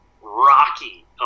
rocky